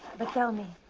but tell me,